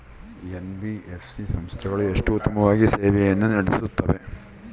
NBFC ಸಂಸ್ಥೆಗಳು ಎಷ್ಟು ಉತ್ತಮವಾಗಿ ಸೇವೆಯನ್ನು ನೇಡುತ್ತವೆ?